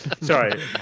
sorry